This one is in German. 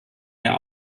der